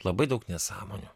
labai daug nesąmonių